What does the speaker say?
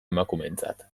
emakumeentzat